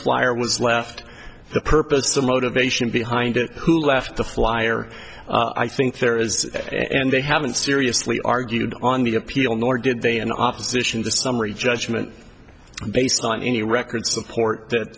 flyer was left the purpose the motivation behind it who left the flyer i think there is and they haven't seriously argued on the appeal nor did they in opposition to summary judgment based on any record support that